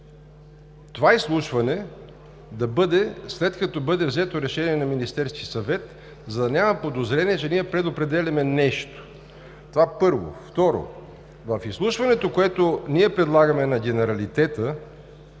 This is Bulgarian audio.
това изслушване да бъде, след като бъде взето решение на Министерския съвет, за да няма подозрение, че ние предопределяме нещо. Това, първо. Второ, в изслушването, което ние предлагаме на генералитета